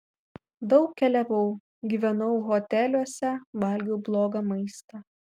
daug keliavau gyvenau hoteliuose valgiau blogą maistą